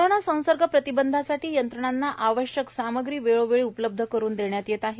corona संसर्ग प्रतिबंधासाठी यंत्रणांना आवश्यक सामग्री वेळोवेळी उपलब्ध करून देण्यात येत आहे